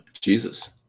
Jesus